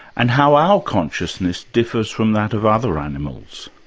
and how our consciousness differs from that of other animals.